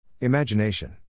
Imagination